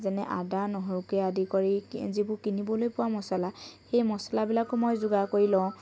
যেনে আদা নহৰুকে আদি কৰি যিবোৰ কিনিবলৈ পোৱা মচলা সেই মচলাবিলাকো মই যোগাৰ কৰি লওঁ